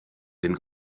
den